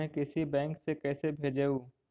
मैं किसी बैंक से कैसे भेजेऊ